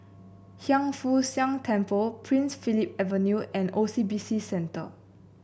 Hiang Foo Siang Temple Prince Philip Avenue and O C B C Center